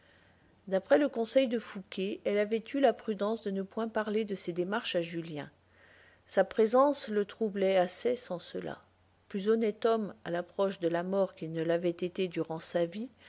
d'après le conseil de fouqué elle avait eu la prudence de ne point parler de ses démarches à julien sa présence le troublait assez sans cela plus honnête homme à l'approche de la mort qu'il ne l'avait été durant sa vie